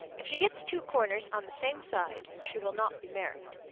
if she gets two corners on the same side, she will not be married.